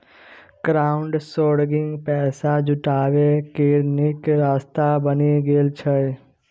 crowdsourcing पैसा जुटबै केर नीक रास्ता बनि गेलै यै